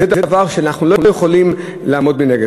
זה דבר שאנחנו לא יכולים לעמוד מנגד.